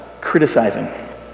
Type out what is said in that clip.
criticizing